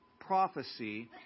prophecy